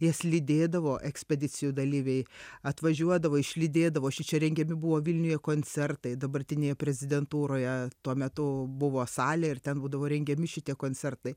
jas lydėdavo ekspedicijų dalyviai atvažiuodavo išlydėdavo šičia rengiami buvo vilniuje koncertai dabartinėje prezidentūroje tuo metu buvo salė ir ten būdavo rengiami šitie koncertai